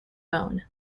bone